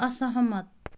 असहमत